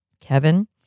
Kevin